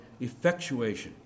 effectuation